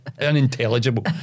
unintelligible